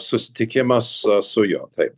susitikimas su juo taip